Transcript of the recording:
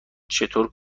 چطور